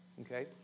okay